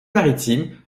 maritime